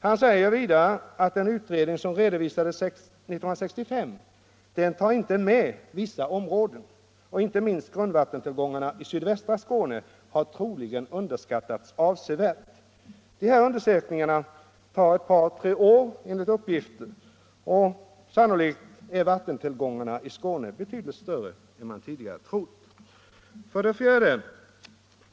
Han sade vidare att den utredning som redovisades 1965 inte tog med vissa områden. Inte minst grundvattentillgångarna i sydvästra Skåne har troligen underskattats avsevärt. De här undersökningarna tar enligt uppgift ett par tre år. Sannolikt är vattentillgångarna i Skåne betydligt större än man tidigare trott. 4.